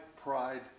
pride